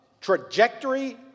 trajectory